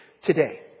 Today